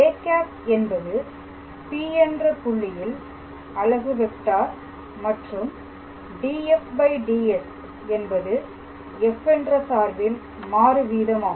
â என்பது P என்ற புள்ளியில் அலகு வெக்டார் மற்றும் dfds என்பது f என்ற சார்பில் மாறு வீதமாகும்